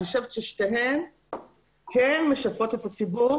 אני חושבת ששתיהן כן משתפות את הציבור